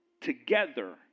together